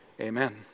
Amen